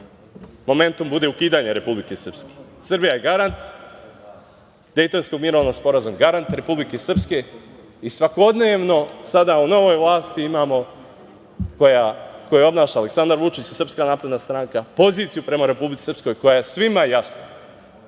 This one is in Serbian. momentum bude ukidanje Republike Srpske. Srbija je garant Dejtonskog mirovnog sporazuma, garant Republike Srpske i svakodnevno sada u novoj vlasti imamo, koju obnaša Aleksandar Vučić i SNS, poziciju prema Republici Srpskoj, koja je svima jasna,